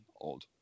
old